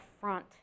front